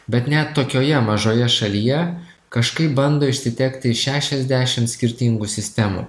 bet net tokioje mažoje šalyje kažkaip bando išsitekti šešiasdešimt skirtingų sistemų